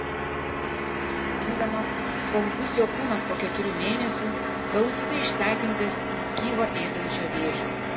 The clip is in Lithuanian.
lyg primindamas koks bus jo kūnas po keturių mėnesių galutinai išsekintas jį gyvą ėdančio vėžio